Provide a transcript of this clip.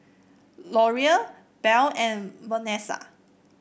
Laureen Bell and Vanesa